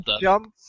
jump